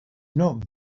not